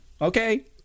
okay